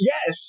Yes